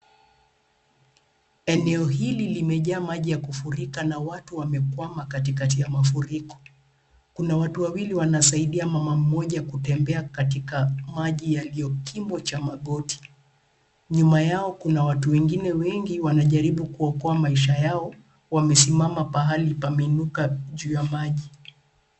Eneo hili limejaa maji ya kufurika na watu wamekwama katikati ya mafuriko. Kuna watu wawili wanasaidia mama mmoja kutembea katika maji yaliyokimbo cha magoti. Nyuma yao kuna watu wengine wengi wanajaribu kuokoa maisha yao wamesimama pahali pameinuka juu ya maji.